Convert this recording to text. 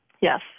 Yes